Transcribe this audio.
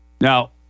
Now